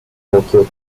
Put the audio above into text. tokyo